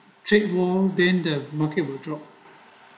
trade war then the market will drop